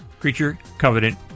CreatureCovenant